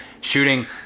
Shooting